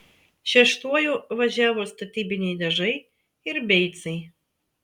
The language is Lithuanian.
šeštuoju važiavo statybiniai dažai ir beicai